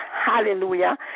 hallelujah